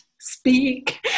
speak